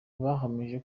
bahamije